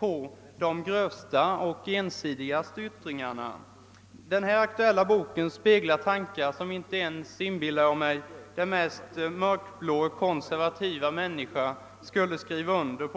med de grövsta och mest ensidiga yttringarna. Den bok som här är aktuell speglar tankar som jag inbillar mig att inte ens den mest konservativt mörkblå människa skulle skriva under på.